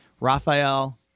Raphael